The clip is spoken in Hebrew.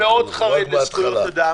אני מאוד חרד לזכויות אדם.